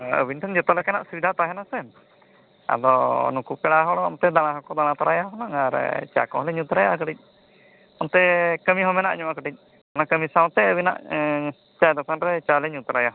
ᱟᱹᱵᱤᱱ ᱴᱷᱮᱱ ᱡᱚᱛᱚ ᱞᱮᱠᱟᱱᱟ ᱥᱩᱵᱤᱫᱷᱟ ᱛᱟᱦᱮᱸ ᱱᱟᱥᱮ ᱟᱫᱚ ᱱᱩᱠᱩ ᱯᱮᱲᱟ ᱦᱚᱲ ᱚᱱᱛᱮ ᱫᱟᱬᱟ ᱦᱚᱸ ᱫᱟᱬᱟ ᱛᱚᱨᱟᱭᱟ ᱦᱩᱱᱟᱹᱝ ᱟᱨ ᱪᱟ ᱠᱚᱦᱚᱸ ᱞᱮ ᱧᱩ ᱛᱚᱨᱟᱭᱟ ᱠᱟᱹᱴᱤᱡ ᱚᱱᱛᱮ ᱠᱟᱹᱢᱤ ᱦᱚᱸ ᱢᱮᱱᱟᱜ ᱧᱚᱜᱟ ᱠᱟᱹᱴᱤᱡ ᱚᱱᱟ ᱠᱟᱹᱢᱤ ᱥᱟᱶᱛᱮ ᱟᱹᱵᱤᱱᱟᱜ ᱪᱟ ᱫᱳᱠᱟᱱ ᱨᱮ ᱪᱟ ᱞᱮ ᱧᱩ ᱛᱟᱨᱟᱭᱟ ᱦᱩᱱᱟᱹᱝ